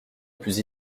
plus